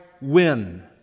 win